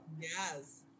Yes